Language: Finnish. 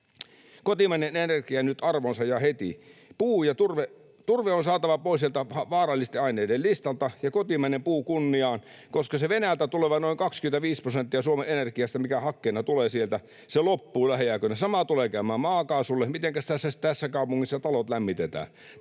Kotimainen energia nyt arvoonsa ja heti! Turve on saatava pois sieltä vaarallisten aineiden listalta ja kotimainen puu kunniaan, koska se Venäjältä tuleva noin 25 prosenttia Suomen energiasta, mikä hakkeena tulee sieltä, loppuu lähiaikoina. Sama tulee käymään maakaasulle, ja mitenkäs tässä kaupungissa talot lämmitetään?